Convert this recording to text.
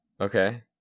Okay